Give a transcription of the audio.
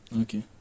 okay